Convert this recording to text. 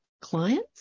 clients